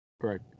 Correct